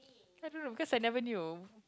I don't know I guess I've never knew